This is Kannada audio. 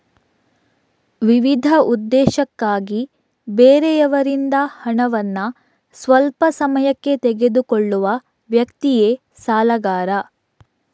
ವಿವಿಧ ಉದ್ದೇಶಕ್ಕಾಗಿ ಬೇರೆಯವರಿಂದ ಹಣವನ್ನ ಸ್ವಲ್ಪ ಸಮಯಕ್ಕೆ ತೆಗೆದುಕೊಳ್ಳುವ ವ್ಯಕ್ತಿಯೇ ಸಾಲಗಾರ